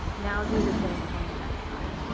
now do the same on the other side.